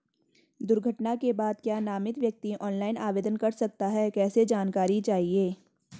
दुर्घटना के बाद क्या नामित व्यक्ति ऑनलाइन आवेदन कर सकता है कैसे जानकारी चाहिए?